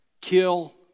kill